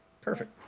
perfect